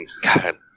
God